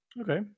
Okay